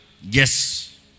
Yes